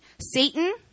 Satan